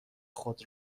خود